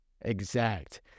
exact